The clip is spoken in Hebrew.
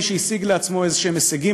וכשאין צמיחה גם אין מי שישלם מסים,